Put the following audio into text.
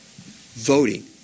voting